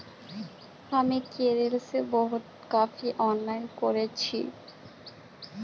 हामी केरल स ऑनलाइन काफी ऑर्डर करील छि